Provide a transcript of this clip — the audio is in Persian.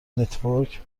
نتورک